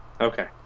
Okay